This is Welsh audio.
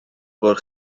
bod